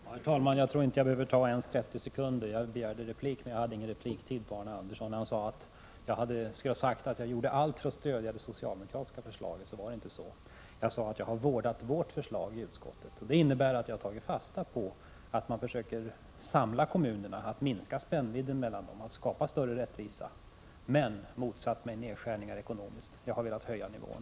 Herr talman! Jag tror att jag inte ens behöver ta i anspråk 30 sekunder för detta anförande. Jag begärde tidigare replik mot Arne Andersson i Gamleby, men hade ingen replikrätt kvar. Han menade att jag skulle ha sagt att jag gjort allt för att stödja det socialdemokratiska förslaget, men det är inte så. Jag sade att jag i utskottet har vårdat mig om vårt förslag. Det innebär att jag har tagit fasta på att man försöker minska spännvidden mellan kommunerna och skapa större rättvisa, men att jag har motsatt mig ekonomiska nedskärningar. Jag har i stället velat höja nivån.